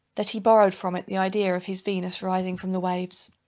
that he borrowed from it the idea of his venus rising from the waves.